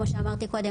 כמו שאמרתי קודם,